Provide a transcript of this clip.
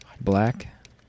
black